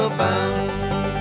bound